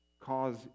cause